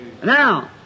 Now